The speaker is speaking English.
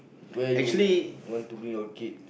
where you want to bring your kid